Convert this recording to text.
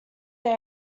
they